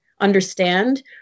understand